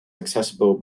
accessible